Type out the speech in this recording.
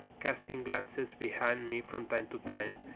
casting glances behind me from time to time,